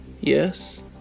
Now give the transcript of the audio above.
Yes